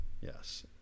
yes